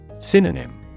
Synonym